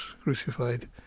crucified